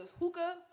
hookah